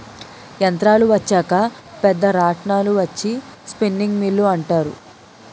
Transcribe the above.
యంత్రాలు వచ్చాక పెద్ద రాట్నాలు వచ్చి స్పిన్నింగ్ మిల్లు అంటారు